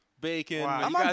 bacon